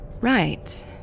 Right